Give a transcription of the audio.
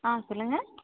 ஆ சொல்லுங்கள்